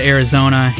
Arizona